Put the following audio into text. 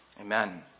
Amen